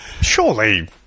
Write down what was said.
surely